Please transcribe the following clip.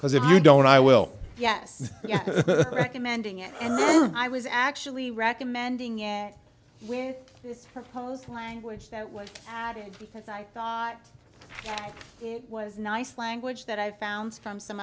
because if you don't i will yes amending it and i was actually recommending it with this proposed language that was added because i thought it was nice language that i found from some